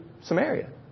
Samaria